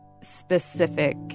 specific